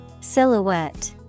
Silhouette